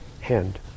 hand